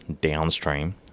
downstream